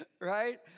Right